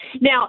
Now